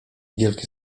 wielkie